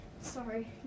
sorry